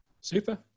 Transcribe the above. Super